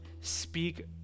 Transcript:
speak